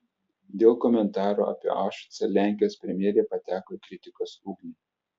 dėl komentarų apie aušvicą lenkijos premjerė pateko į kritikos ugnį